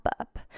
up